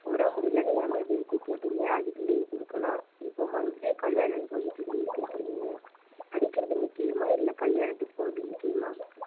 உடம்பு முடியலைன்னு எமெர்ஜென்சிக்கு கேட்டிங்க அதுக்கு லீவு கொடுக்கலாம் இப்போ மறுபுடியும் கல்யாணன்னு சொல்லிவிட்டு லீவு கேட்குறிங்களே படிக்கிறது முக்கியமா இல்லை கல்யாணத்துக்கு போகறது முக்கியமா